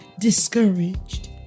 discouraged